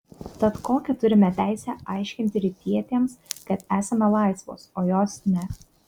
tad kokią turime teisę aiškinti rytietėms kad esame laisvos o jos ne